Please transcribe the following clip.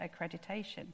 accreditation